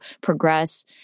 progress